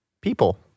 people